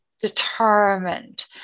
Determined